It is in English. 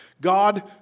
God